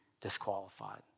disqualified